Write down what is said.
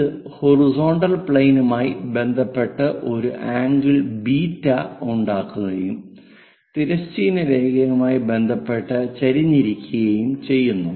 ഇത് ഹൊറിസോണ്ടൽ പ്ലെയിനുമായി ബന്ധപ്പെട്ട് ഒരു ആംഗിൾ ബീറ്റ β ഉണ്ടാക്കുകയും തിരശ്ചീന രേഖയുമായി ബന്ധപ്പെട്ട് ചരിഞ്ഞിരിക്കുകയും ചെയ്യുന്നു